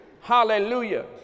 Hallelujah